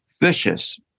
vicious